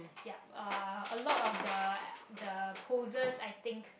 yup uh a lot of the the poses I think